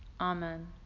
Amen